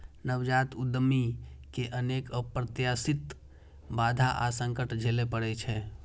नवजात उद्यमी कें अनेक अप्रत्याशित बाधा आ संकट झेलय पड़ै छै